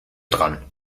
dran